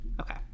Okay